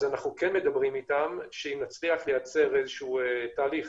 אנחנו כן מדברים אתם שאם נצליח לייצר איזה שהוא תהליך